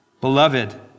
Beloved